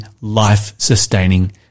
life-sustaining